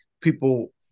people